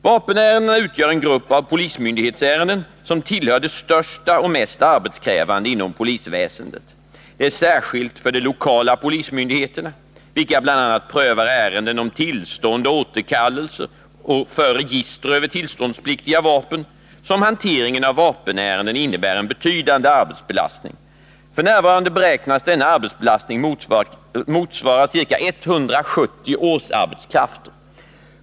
Vapenärendena utgör en grupp av polismyndighetsärenden som tillhör de största och mest arbetskrävande inom polisväsendet. Det är särskilt för de lokala polismyndigheterna — vilka bl.a. prövar ärenden om tillstånd och återkallelse och för register över tillståndspliktiga vapen — som hanteringen av vapenärenden innebär en betydande arbetsbelastning. F.n. beräknas denna arbetsbelastning motsvara ca 170 årsarbetskrafter.